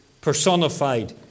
personified